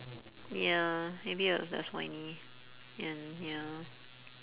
ya maybe he was less whiny and ya